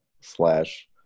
slash